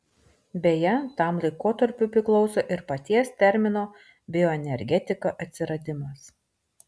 beje tam laikotarpiui priklauso ir paties termino bioenergetika atsiradimas